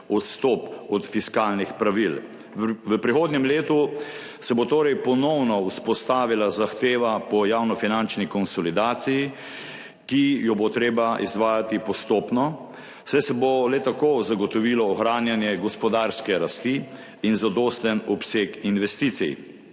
odstop od fiskalnih pravil. V prihodnjem letu se bo torej ponovno vzpostavila zahteva po javnofinančni konsolidaciji, ki jo bo treba izvajati postopno, saj se bo le tako zagotovilo ohranjanje gospodarske rasti in zadosten obseg investicij.